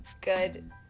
good